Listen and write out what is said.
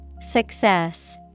Success